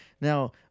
Now